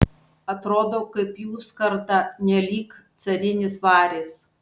atrodo kaip jų skarda nelyg carinis varis